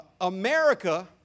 America